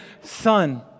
Son